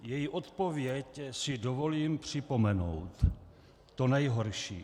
Její odpověď si dovolím připomenout: To nejhorší.